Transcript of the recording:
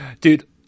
Dude